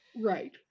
Right